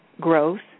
growth